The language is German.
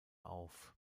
auf